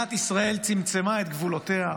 ומדינת ישראל צמצמה את גבולותיה.